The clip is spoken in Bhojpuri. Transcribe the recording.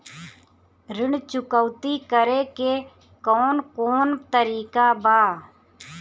ऋण चुकौती करेके कौन कोन तरीका बा?